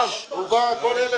האחרון שידבר זה ישראל ניסים.